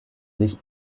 sich